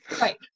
Right